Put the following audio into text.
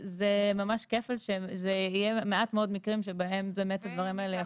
- זה יהיה מעט מאוד מקרים שבהם הדברים האלה יחולו.